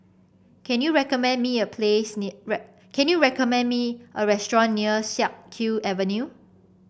can you recommend me a place can you recommend me a restaurant near Siak Kew Avenue